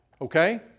Okay